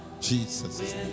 Jesus